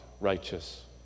righteous